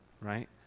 Right